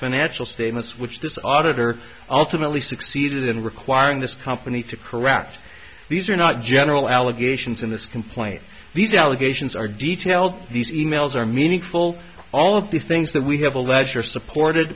financial statements which this auditor ultimately succeeded in requiring this company to correct these are not general allegations in this complaint these allegations are detailed these e mails are meaningful all of the things that we have a ledger supported